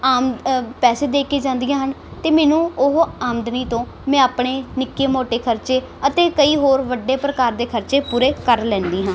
ਆਮ ਪੈਸੇ ਦੇ ਕੇ ਜਾਂਦੀਆਂ ਹਨ ਅਤੇ ਮੈਨੂੰ ਉਹ ਆਮਦਨੀ ਤੋਂ ਮੈਂ ਆਪਣੇ ਨਿੱਕੇ ਮੋਟੇ ਖਰਚੇ ਅਤੇ ਕਈ ਹੋਰ ਵੱਡੇ ਪ੍ਰਕਾਰ ਦੇ ਖਰਚੇ ਪੂਰੇ ਕਰ ਲੈਂਦੀ ਹਾਂ